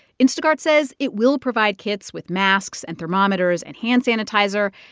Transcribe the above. instacart says it will provide kits with masks and thermometers and hand sanitizer,